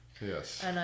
Yes